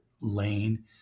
lane